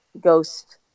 ghost